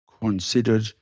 considered